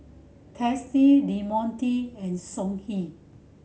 Tasty Del Monte and Songhe